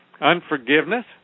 unforgiveness